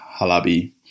Halabi